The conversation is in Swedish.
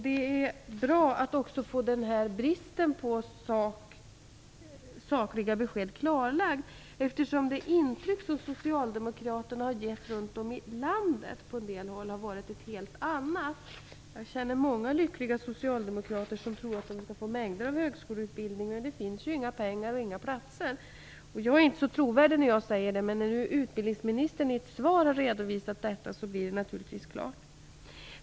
Det är bra att också denna brist på sakliga besked klarläggs. Det intryck socialdemokraterna har gett runt om i landet har ju på en del håll varit ett helt annat. Jag känner många lyckliga socialdemokrater som tror att de nu kommer att få mängder av högskoleutbildning, men det finns ju inga pengar och inga platser. Jag är inte så trovärdig när jag säger detta, men när utbildningsministern i ett svar redovisat det blir det naturligtvis klart.